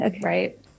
right